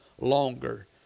longer